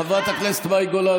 חברת הכנסת מאי גולן,